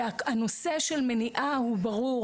הנושא של מניעה הוא ברור.